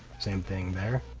same thing there.